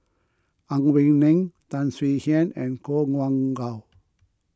Ang Wei Neng Tan Swie Hian and Koh Nguang How